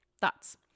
Thoughts